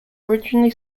originally